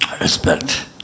respect